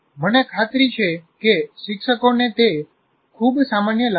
મને ખાતરી છે કે શિક્ષકોને તે ખૂબ સામાન્ય લાગે છે